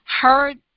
heard